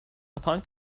upon